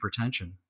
hypertension